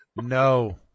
No